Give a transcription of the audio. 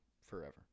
forever